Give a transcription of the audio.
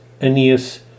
Aeneas